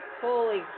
holy